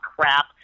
crap